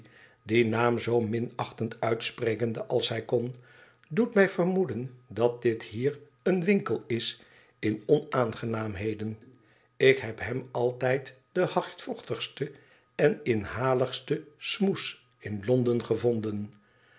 dien naam zoo minachtend uitsprekende als hij kon doet mij vermoeden dat dit hier een winkel is in onaangenaamheden ik heb hem altijd den hardvochtigsten en inhaligsten smous in londen gevonden